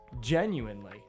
Genuinely